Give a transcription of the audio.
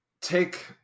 take